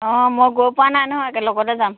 অঁ মই গৈ পোৱা নাই নহয় একে লগতে যাম